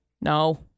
No